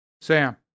Sam